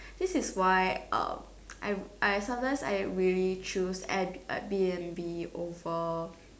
this is why um I I sometimes I really choose Airbnb over